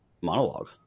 monologue